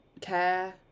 care